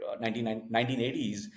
1980s